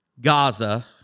Gaza